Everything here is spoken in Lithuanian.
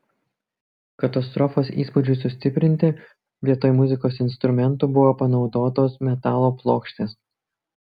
katastrofos įspūdžiui sustiprinti vietoj muzikos instrumentų buvo panaudotos metalo plokštės